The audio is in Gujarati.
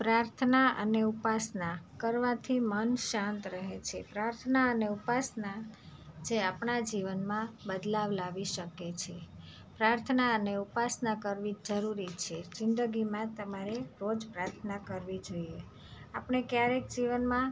પ્રાર્થના અને ઉપાસના કરવાથી મન શાંત રહે છે પ્રાર્થના અને ઉપાસના જે આપણા જીવનમાં બદલાવ લાવી શકે છે પ્રાર્થના અને ઉપાસના કરવી જરૂરી છે જિંદગીમાં તમારે રોજ પ્રાર્થના કરવી જોઈએ આપણે ક્યારેક જીવનમાં